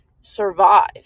survive